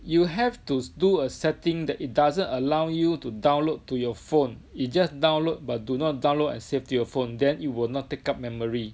you have to do a setting that it doesn't allow you to download to your phone you just download but do not download and save to your phone then it will not take up memory